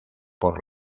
por